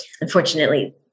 unfortunately